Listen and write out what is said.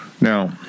Now